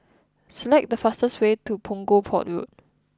select the fastest way to Punggol Port Road